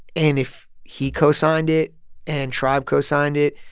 and if he co-signed it and tribe co-signed it,